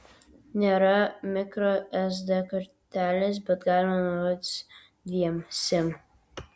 nėra mikro sd kortelės bet galima naudotis dviem sim